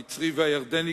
המצרי והירדני,